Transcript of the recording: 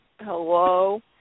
hello